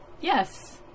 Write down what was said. Yes